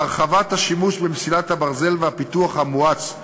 הרחבת השימוש במסילת ברזל והפיתוח המואץ.